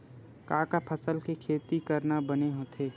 का का फसल के खेती करना बने होथे?